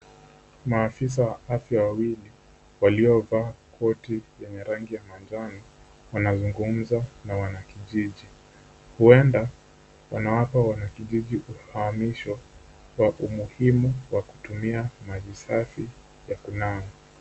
Maafisa wa afya wawili waliovaa koti yenye rangi ya manjano wanazungumza na wanakijiji, huenda wanawapa wanakijiji uhamisho wa umuhimu wa kutumia maji safi ya kunawa.